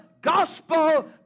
gospel